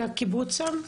זה הקיבוץ שם?